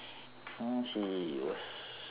I mean she is